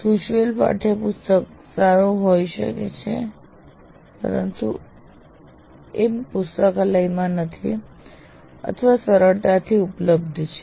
સૂચવેલું પાઠ્યપુસ્તક સારું હોઈ શકે છે પરંતુ તે પુસ્તકાલયમાં નથી અથવા સરળતાથી ઉપલબ્ધ છે